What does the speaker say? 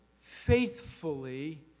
faithfully